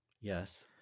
Yes